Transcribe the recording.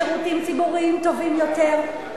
שירותים ציבוריים טובים יותר,